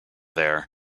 there